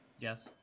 Yes